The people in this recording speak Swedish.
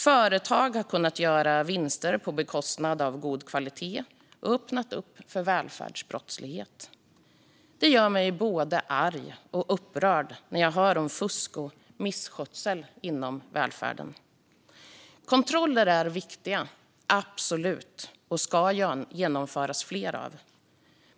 Företag har kunnat göra vinster på bekostnad av god kvalitet, och det har öppnats för välfärdsbrottslighet. Det gör mig både arg och upprörd när jag hör om fusk och misskötsel inom välfärden. Kontroller är absolut viktiga, och fler ska genomföras.